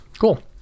Cool